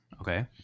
okay